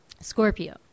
Scorpio